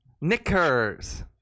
Knickers